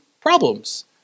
problems